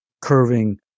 curving